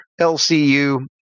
LCU